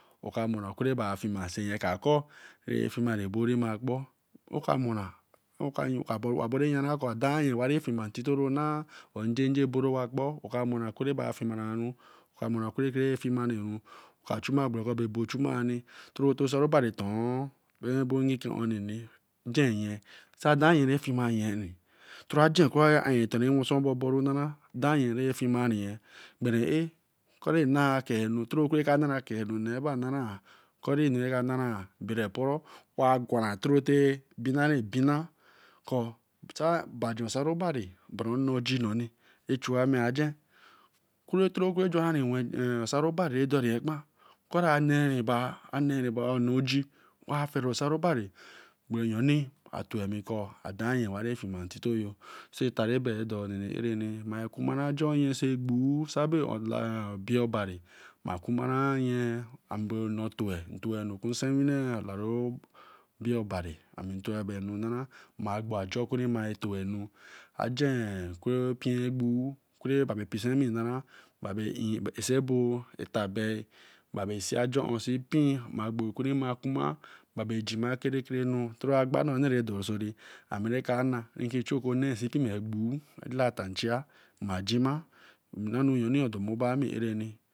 Oka mo okore bae fima asin e ka kor ra fiema rabiorima oka mora, abore yema kor a dannyen yoro na, kore obo wa kpor kara mona kor fiemaru and okore refimaru oka chuma brekor ba chuma ni oto osari obari ton abo jen nyen, sai dai yen ra fiemateni, bereaye kori anu raba nara bae eporoo. Kori aneroḅa oniegee wah fe re osaro fiema initoyo. So eta ra bae ra do oni. Erani mara kumara ajor nye. see gbue, abe obari, makumareyen and too nu ku sewine, toray agba ra do sorri e ka nay ra ki chu onne ki bue ma jima.